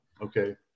okay